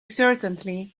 certainly